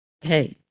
Hey